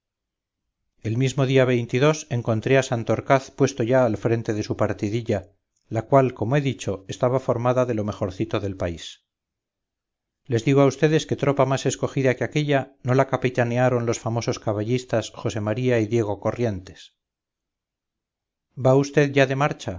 el mismo día encontré a santorcaz puesto ya alfrente de su